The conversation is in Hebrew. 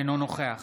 אינו נוכח